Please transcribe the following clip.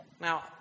Now